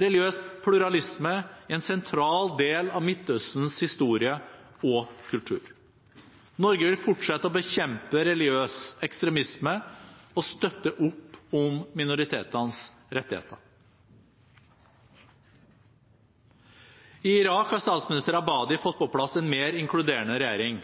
Religiøs pluralisme er en sentral del av Midtøstens historie og kultur. Norge vil fortsette å bekjempe religiøs ekstremisme og støtte opp om minoritetenes rettigheter. I Irak har statsminister al-Abadi fått på plass en mer inkluderende regjering